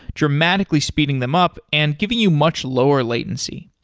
dramatically speeding them up and giving you much lower latency.